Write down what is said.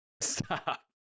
Stop